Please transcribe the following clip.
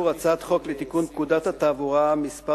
הצעת חוק לתיקון פקודת תעבורה (מס'